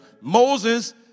Moses